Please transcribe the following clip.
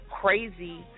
crazy